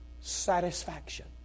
satisfaction